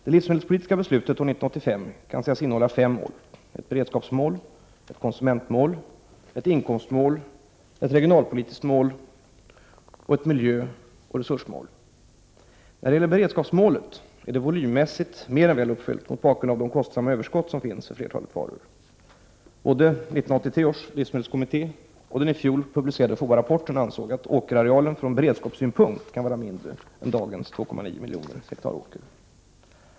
Det livsmedelspolitiska beslutet år 1985 kan sägas innehålla fem mål: ett beredskapsmål, ett konsumentmål, ett inkomstmål, ett regionalpolitiskt mål och ett miljöoch resursmål. Beredskapsmålet är volymmässigt mer än väl uppnått mot bakgrund av de kostsamma överskott som finns för flertalet varor. Såväl i 1983 års livsmedelskommitté som i den i fjol publicerade FOA-rapporten ansåg man att åkerarealen från beredskapssynpunkt kan vara mindre än dagens 2,9 miljoner ha åker.